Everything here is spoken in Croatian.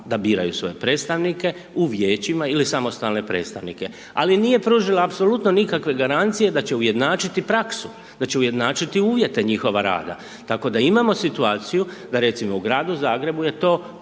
da biraju svoje predstavnike u Vijećima ili samostalne predstavnike, ali nije pružila apsolutno nikakve garancije da će ujednačiti praksu, da će ujednačiti uvijete njihova rada, tako da imamo situaciju da recimo u gradu Zagrebu je to potpuno